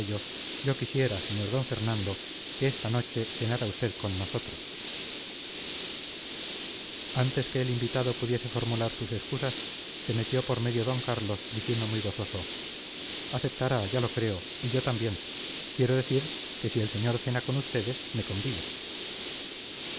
yo quisiera sr d fernando que esta noche cenara usted con nosotros antes que el invitado pudiese formular sus excusas se metió por medio d carlos diciendo muy gozoso aceptará ya lo creo y yo también quiero decir que si el señor cena con ustedes me convido